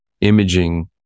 imaging